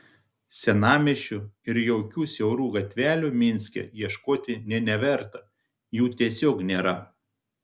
senamiesčio ir jaukių siaurų gatvelių minske ieškoti nė neverta jų tiesiog nėra